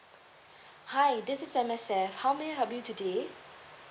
hi this is M_S_F how may I help you today